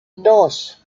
dos